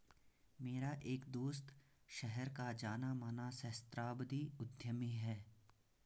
मेरा एक दोस्त शहर का जाना माना सहस्त्राब्दी उद्यमी है